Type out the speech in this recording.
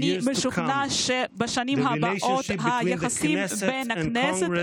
אני משוכנע שבשנים הבאות היחסים בין הכנסת